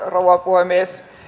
rouva puhemies